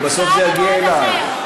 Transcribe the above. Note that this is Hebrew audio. הלוא בסוף זה יגיע אלייך.